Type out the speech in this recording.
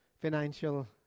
financial